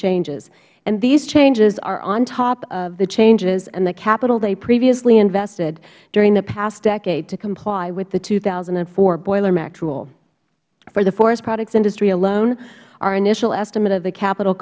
changes and these changes are on top of the changes and the capital they previously invested during the past decade to comply with the two thousand and four boiler mact rule for the forestproducts industry alone our initial estimate of the capit